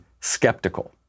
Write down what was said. skeptical